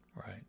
Right